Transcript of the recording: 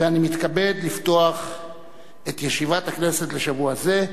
ואני מתכבד לפתוח את ישיבת הכנסת לשבוע זה.